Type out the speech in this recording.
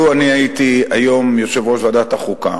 לו הייתי היום יושב-ראש ועדת החוקה